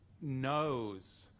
knows